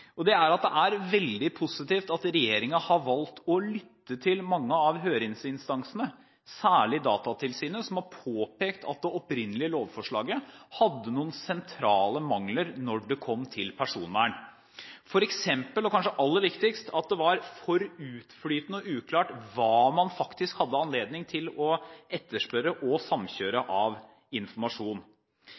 er valgår i år: Det er veldig positivt at regjeringen har valgt å lytte til mange av høringsinstansene, særlig Datatilsynet, som har påpekt at det opprinnelige lovforslaget hadde noen sentrale mangler når det kom til personvern, f.eks. og – kanskje aller viktigst – at det var for utflytende og uklart hva man faktisk hadde anledning til å etterspørre og samkjøre av informasjon.